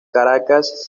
caracas